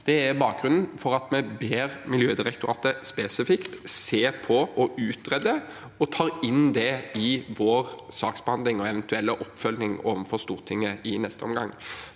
Det er bakgrunnen for at vi ber Miljødirektoratet spesifikt se på og utrede det, og vi tar det inn i vår saksbehandling og eventuelle oppfølging overfor Stortinget i neste omgang.